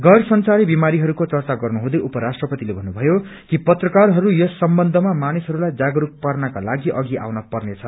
गैर संचारी बिमारीहरूको चर्चा गर्नु हुँदै उपराष्ट्रपतिले भन्नुभयो कि पत्रकारहरूलाई यस सम्बन्धमा मानिसहरूलाई जागरूक पार्नकालागि अघि आउन पर्नेछ